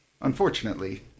unfortunately